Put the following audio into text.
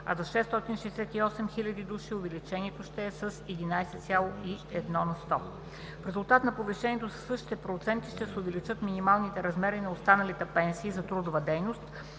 а за 668 хиляди – увеличение с 11,1 на сто. В резултат на повишението със същите проценти ще се увеличат минималните размери и на останалите пенсии за трудова дейност,